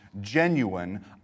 genuine